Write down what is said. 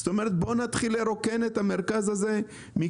זאת אומרת בוא נתחיל לרוקן את המרכז הזה מכל